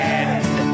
end